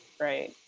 right.